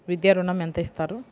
విద్యా ఋణం ఎంత ఇస్తారు?